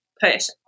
push